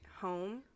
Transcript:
home